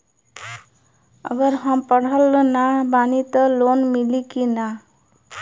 अगर हम पढ़ल ना बानी त लोन मिली कि ना?